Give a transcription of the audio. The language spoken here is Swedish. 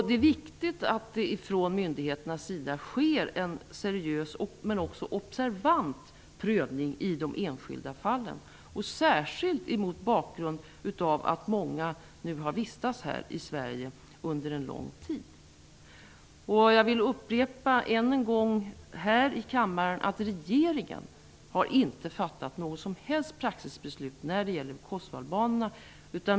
Det är viktigt att det från myndigheternas sida sker en seriös men också observant prövning i de enskilda fallen, särskilt mot bakgrund av att många av dem nu har vistats i Sverige under lång tid. Jag vill än en gång här i kammaren upprepa att regeringen inte har fattat något som helst praxisbeslut när det gäller kosovoalbanerna.